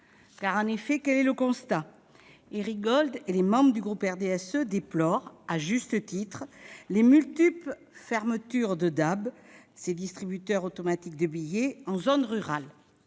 Aujourd'hui, quel est le constat ? Éric Gold et les membres du groupe du RDSE déplorent- à juste titre -les multiples fermetures de distributeurs automatiques de billets en zone rurale.